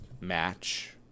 match